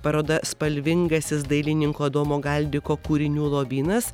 paroda spalvingasis dailininko adomo galdiko kūrinių lobynas